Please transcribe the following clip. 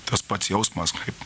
tas pats jausmas kaip